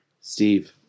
Steve